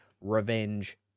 revenge